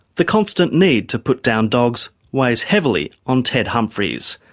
the constant need to put down dogs weighs heavily on ted humphries.